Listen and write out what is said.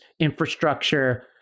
infrastructure